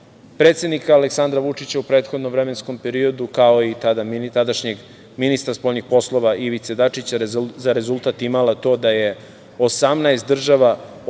predsednika Aleksandra Vučića u prethodnom vremenskom periodu, kao i tadašnjeg ministra spoljnih poslova Ivice Dačića, za rezultat imala to da je 18 država otpriznalo